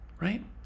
Right